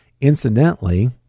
Incidentally